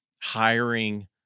hiring